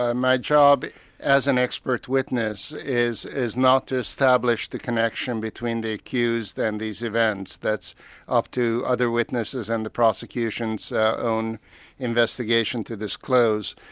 ah my job as an expert witness is is not to establish the connection between the accused and these events that's up to other witnesses and the prosecution's own investigation to disclose.